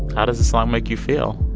how does this song make you feel?